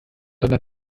deiner